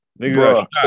Nigga